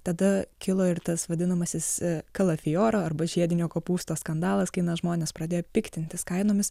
tada kilo ir tas vadinamasis kalafioro arba žiedinio kopūsto skandalas kai na žmonės pradėjo piktintis kainomis